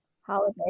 holiday